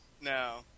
No